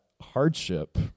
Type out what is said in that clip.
hardship